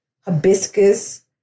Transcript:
hibiscus